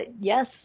yes